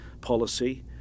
policy